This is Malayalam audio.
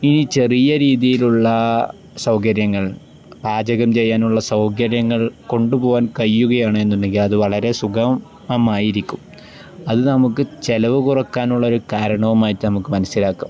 ഇനി ചെറിയ രീതിയിലുള്ള സൗകര്യങ്ങൾ പാചകം ചെയ്യാനുള്ള സൗകര്യങ്ങൾ കൊണ്ടുപോവാാൻ കഴിയുകയാണെന്നുണ്ടെങ്കില് അതു വളരെ സുഖമായിരിക്കും അതു നമുക്കു ചെലവു കുറയ്ക്കാനുള്ളൊരു കാരണവുമായിട്ടു നമുക്കു മനസ്സിലാക്കാം